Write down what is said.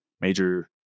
major